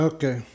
Okay